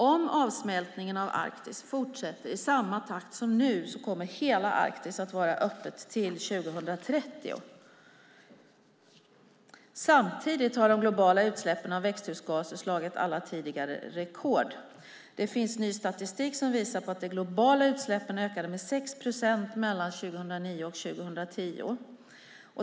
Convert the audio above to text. Om avsmältningen av Arktis fortsätter i samma takt som nu kommer hela Arktis att vara öppet till 2030. Samtidigt har de globala utsläppen av växthusgaser slagit alla tidigare rekord. Det finns ny statistik som visar att de globala utsläppen ökade med 6 procent mellan 2009 och 2010.